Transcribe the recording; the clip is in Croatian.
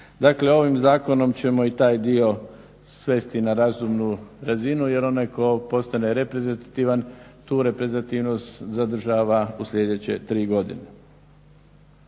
Dakle, ovim zakonom ćemo i taj dio svesti na razumnu razinu, jer onaj tko postane reprezentativan tu reprezentativnost zadržava u sljedeće 3 godine.